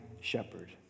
shepherd